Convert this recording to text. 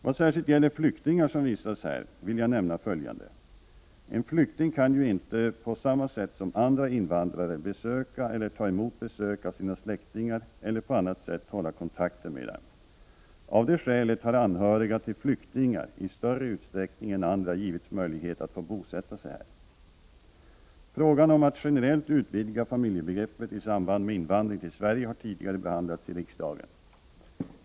Vad särskilt gäller flyktingar som vistas här vill jag nämna följande. En flykting kan ju inte på samma sätt som andra invandrare besöka eller ta emot besök av sina släktingar eller på annat sätt hålla kontakten med dem. Av det skälet har anhöriga till flyktingar i större utsträckning än andra givits möjlighet att få bosätta sig här. Frågan om att generellt utvidga familjebegreppet i samband med invand — Prot. 1988/89:21 ring till Sverige har tidigare behandlats i riksdagen.